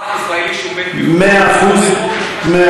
אזרח ישראלי שמת בחו"ל, מימון.